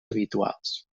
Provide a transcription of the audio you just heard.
habituals